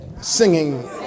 singing